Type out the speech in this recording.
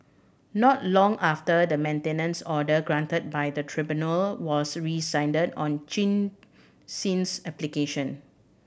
not long after the maintenance order granted by the tribunal was rescinded on Chin Sin's application